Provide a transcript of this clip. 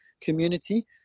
community